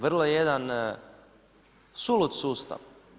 Vrlo jedan sulud sustav.